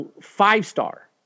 five-star